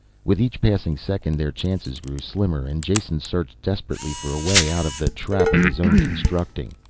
with each passing second their chances grew slimmer and jason searched desperately for a way out of the trap of his own constructing.